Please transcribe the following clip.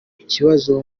kibazo